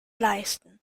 leisten